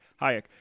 Hayek